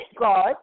God